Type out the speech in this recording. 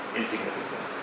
insignificant